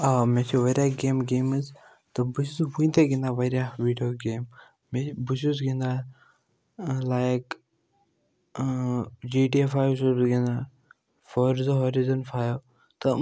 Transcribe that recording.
آ مےٚ چھِ واریاہ گیمہٕ گِندِمژٕ تہٕ بہٕ چھُس وٕنہِ تہِ گِندان واریاہ ویٖڈیو گیم بیٚیہِ چھُس گِندان like G T F five چھُس بہٕ گِندان فور زیٖزو ہورِزن فایو تہٕ